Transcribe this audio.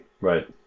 Right